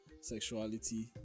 sexuality